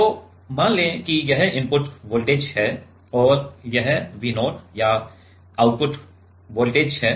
तो मान लें कि यह इनपुट वोल्टेज है और यह V0 या आउटपुट वोल्टेज है